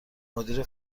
مدیر